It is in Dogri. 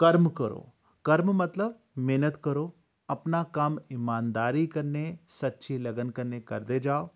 कर्म करो कर्म मतलब मेह्नत करो अपना कम्म इमानदारी कन्नै सच्ची लगन कन्नै करदे जाओ